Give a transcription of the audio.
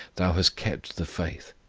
thou hast kept the faith,